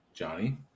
Johnny